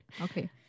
Okay